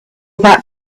that